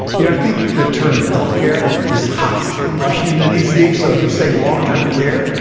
yeah i think the term health care is toxic in washington, d c, so if you say long-term care,